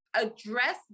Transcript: Address